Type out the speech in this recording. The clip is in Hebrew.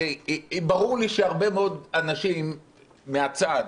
ברור לי שהרבה מאוד אנשים מהצד,